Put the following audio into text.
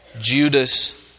Judas